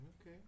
Okay